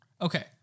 Okay